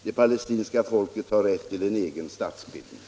Det palestinska folket har rätt till en egen statsbildning.